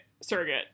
surrogate